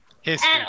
History